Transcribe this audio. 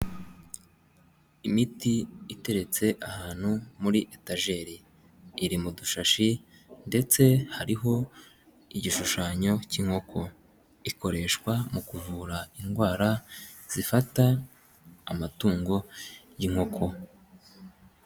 Imiti iteretse ahantu muri etejeri iri mu dushashi ndetse hariho igishushanyo cy'inkoko, ikoreshwa mu kuvura indwara zifata amatungo y'inkoko.